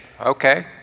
okay